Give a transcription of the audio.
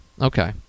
Okay